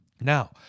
Now